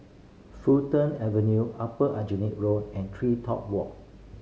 Fulton Avenue Upper Aljunied Road and TreeTop Walk